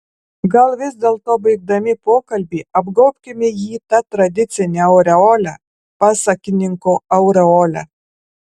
gal vis dėlto baigdami pokalbį apgaubkime jį ta tradicine aureole pasakininko aureole